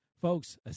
Folks